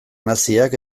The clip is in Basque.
naziak